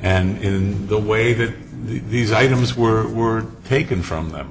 and the way that these items were taken from them